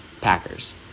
Packers